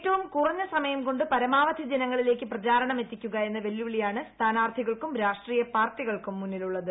ഏറ്റവും കുറഞ്ഞ സമയംകൊണ്ട് പരമാവധി ജനങ്ങളിലേക്ക് പ്രചാരണം എത്തിക്കുക എന്ന വെല്ലുവിളിയാണ് സ്ഥാനാർത്ഥികൾക്കും രാഷ്ട്രീയ പാർട്ടികൾക്കും മുന്നിലുള്ളത്